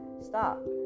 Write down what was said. stop